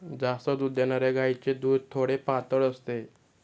जास्त दूध देणाऱ्या गायीचे दूध थोडे पातळ असते